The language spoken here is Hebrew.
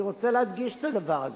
אני רוצה להדגיש את הדבר הזה.